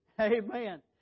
Amen